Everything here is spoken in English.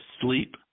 sleep